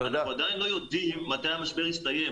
אנחנו עדיין לא יודעים מתי המשבר יסתיים.